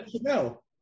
No